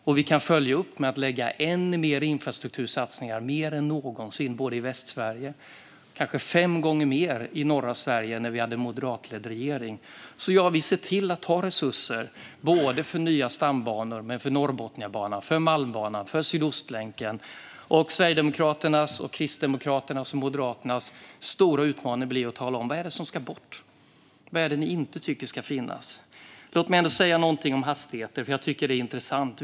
Och vi kan följa upp med att göra ännu mer infrastruktursatsningar, fler än någonsin, både i Västsverige och i norra Sverige, kanske fem gånger mer än när vi hade en moderatledd regering. Vi ser till att ha resurser för nya stambanor men också för Norrbotniabanan, Malmbanan och Sydostlänken. Sverigedemokraternas, Kristdemokraternas och Moderaternas stora utmaning blir att tala om vad som ska tas bort och vad det är man inte tycker ska finnas. Låt mig säga något om hastigheter, för jag tycker att det är intressant.